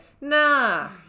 Nah